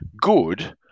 good